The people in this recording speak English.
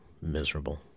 miserable